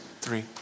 three